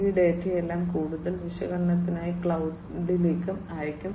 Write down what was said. ഈ ഡാറ്റയെല്ലാം കൂടുതൽ വിശകലനത്തിനായി ക്ലൌഡിലേക്ക് അയയ്ക്കും